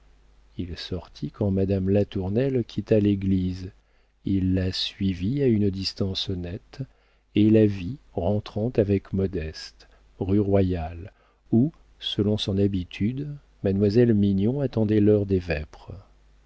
il sortit quand madame latournelle quitta l'église il la suivit à une distance honnête et la vit rentrant avec modeste rue royale où selon son habitude mademoiselle mignon attendait l'heure des vêpres